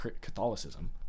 Catholicism